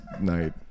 night